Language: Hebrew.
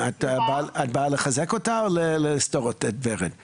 יש דברים שחייבים לשנותם ברשיון העסק.